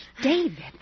David